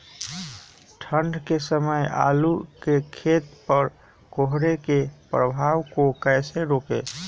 ठंढ के समय आलू के खेत पर कोहरे के प्रभाव को कैसे रोके?